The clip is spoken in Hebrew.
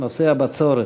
נושא הבצורת.